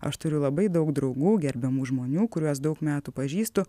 aš turiu labai daug draugų gerbiamų žmonių kuriuos daug metų pažįstu